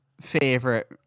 favorite